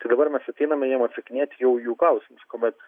tai dabar mes ateiname jiem atsakinėti jau į jų klausimus kuomet